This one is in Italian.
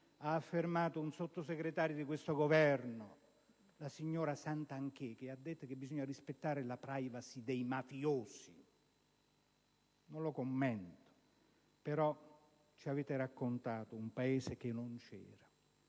ha affermato un sottosegretario di questo Governo, la signora Santanché, che ha detto che bisogna rispettare la *privacy* dei mafiosi. Non lo commenterò. Però ci avete raccontato un Paese che non c'era,